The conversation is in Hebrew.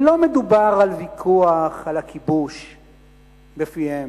ולא מדובר על ויכוח על הכיבוש בפיהם,